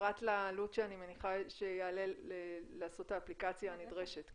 פרט לעלות שאני מניחה שיעלה לעשות את האפליקציה הנדרשת,